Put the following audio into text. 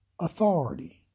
authority